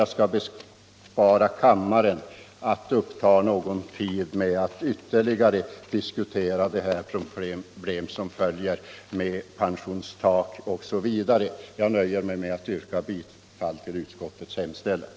Jag skall bespara kammarledamöterna en ytterligare diskussion om problemet med avgiftstak osv. Jag nöjer mig med att yrka bifall till utskottets hemställan.